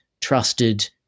trusted